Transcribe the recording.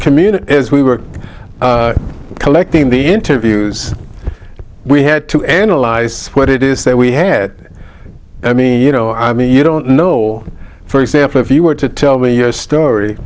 community as we were collecting the interviews we had to analyze what it is that we had i mean you know i mean you don't know for example if you were to tell me your story